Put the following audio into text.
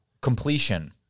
Completion